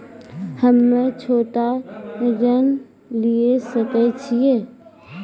हम्मे छोटा ऋण लिये सकय छियै?